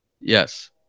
Yes